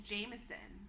Jameson